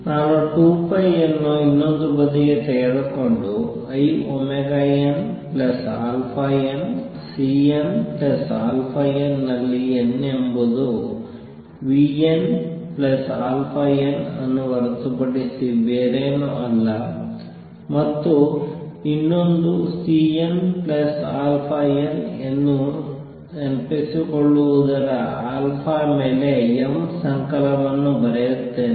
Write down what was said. ನಾನು 2 ಅನ್ನು ಇನ್ನೊಂದು ಬದಿಗೆ ತೆಗೆದುಕೊಂಡು inαnCnαn ನಲ್ಲಿ n ಎಂಬುದು vnαn ಅನ್ನು ಹೊರತುಪಡಿಸಿ ಬೇರೇನೂ ಅಲ್ಲ ಮತ್ತು ಇನ್ನೊಂದು Cnα n ಎಂದು ನೆನಪಿಸಿಕೊಳ್ಳುವುದರ ಮೇಲೆ m ಸಂಕಲನವನ್ನು ಬರೆಯುತ್ತೇನೆ